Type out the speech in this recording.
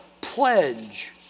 pledge